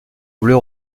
bleu